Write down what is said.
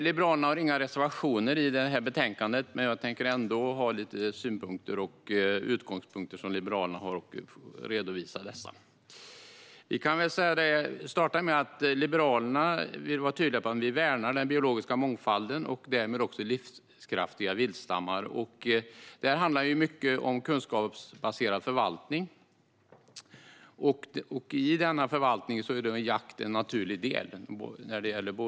Liberalerna har inga reservationer i betänkandet, men jag har ändå lite synpunkter och vill redovisa några av Liberalernas utgångspunkter. Liberalerna vill vara tydliga med att vi värnar om den biologiska mångfalden och därmed livskraftiga viltstammar. Det handlar till stor del om kunskapsbaserad förvaltning. Och i viltförvaltning är jakt en naturlig del.